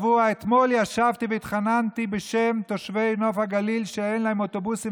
אתמול ישבתי והתחננתי בשם תושבי נוף הגליל שאין להם אוטובוסים,